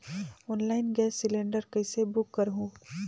Online gas cylinder कइसे book करहु?